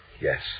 Yes